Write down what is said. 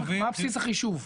מה בסיס החישוב?